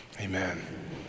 amen